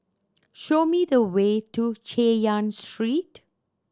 show me the way to Chay Yan Street